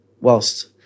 Whilst